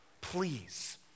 Please